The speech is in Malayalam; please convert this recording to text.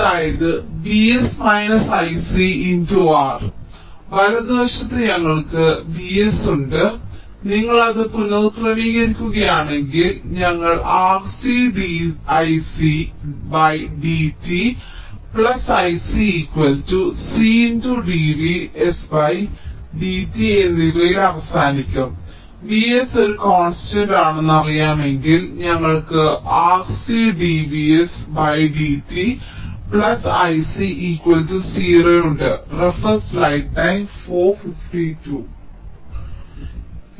അതായത് V s I c × R വലതുവശത്ത് ഞങ്ങൾക്ക് V s ഉണ്ട് നിങ്ങൾ ഇത് പുനഃക്രമീകരിക്കുകയാണെങ്കിൽ ഞങ്ങൾ RC d I c dt I c C × d v s dt എന്നിവയിൽ അവസാനിക്കും V s ഒരു കോൺസ്റ്റന്റ് ആണെന്ന് അറിയാമെങ്കിൽ ഞങ്ങൾക്ക് RC d v s dt I c 0 ഉണ്ട്